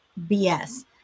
BS